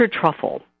truffle